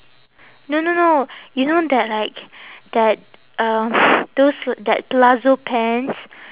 no no no you know that like that uh those that palazzo pants